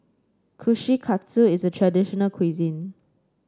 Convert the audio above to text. Kushikatsu is a traditional cuisine